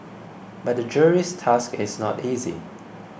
but the jury's task is not easy